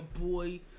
boy